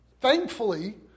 Thankfully